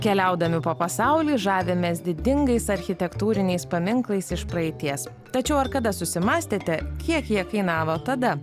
keliaudami po pasaulį žavimės didingais architektūriniais paminklais iš praeities tačiau ar kada susimąstėte kiek jie kainavo tada